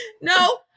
No